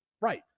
Right